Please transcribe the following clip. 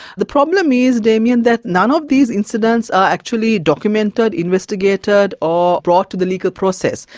the problem is, damien, that none of these incidents are actually documented, investigated or brought to the legal process.